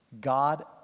God